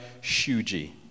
Shuji